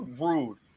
rude